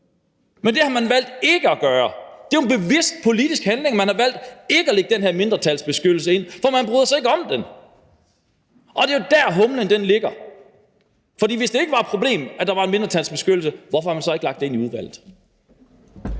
men det har man valgt ikke at gøre. Det er jo en bevidst politisk handling, man har valgt, nemlig ikke at lægge den her mindretalsbeskyttelse ind, fordi man ikke bryder sig om den. Og det er jo der, humlen ligger. For hvis det ikke var et problem, at der var en mindretalsbeskyttelse, hvorfor har man så ikke lagt det ind i udvalget?